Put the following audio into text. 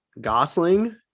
Gosling